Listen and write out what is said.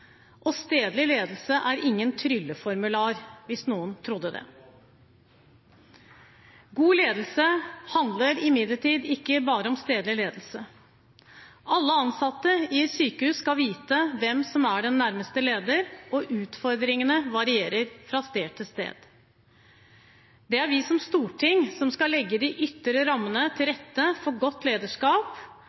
Og stedlig ledelse er ikke noe trylleformular, hvis noen trodde det. God ledelse handler imidlertid ikke bare om stedlig ledelse. Alle ansatte i sykehus skal vite hvem som er den nærmeste leder, og utfordringene varierer fra sted til sted. Det er vi som storting som skal legge de ytre rammene til rette for godt lederskap,